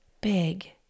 big